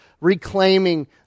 reclaiming